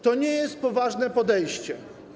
To nie jest poważne podejście.